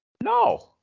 No